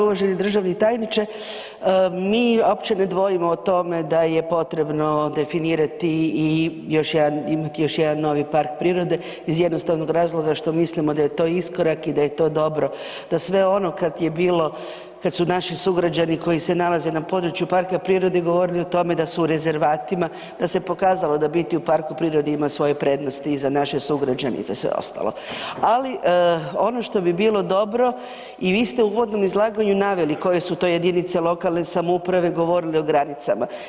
Uvaženi državni tajniče, mi uopće ne dvojimo o tome da je potrebno definirati i imati još jedan novi park prirode iz jednostavnog razloga što mislimo da je to iskorak i da je to dobro, da sve ono kad je bilo, kad su naši sugrađani koji se nalaze na području parka prirode govorili o tome da su u rezervatima da se pokazalo da biti u parku prirode ima svoje prednosti i za naše sugrađane i za sve ostalo, ali ono što bi bilo dobro i vi ste u uvodnom izlaganju naveli koje su to jedinice lokalne samouprave govorile o granicama.